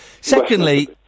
Secondly